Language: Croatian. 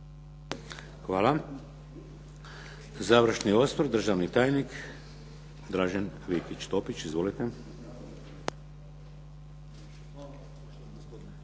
Hvala. Završni osvrt državni tajnik Dražen Vikić Topić. Izvolite.